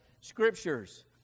scriptures